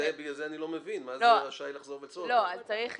בגלל שהטכנולוגיה מתקדמת אתה רשאי להביא את העדכון כל פעם שצריך היתר.